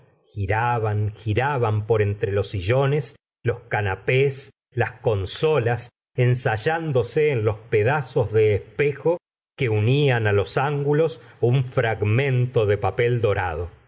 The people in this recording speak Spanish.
giraban giraban por entre los sillones los canapés las consolas ensayándose en los pedazos de espejo que unía los ángulos un fragmento de papel dorado